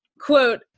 quote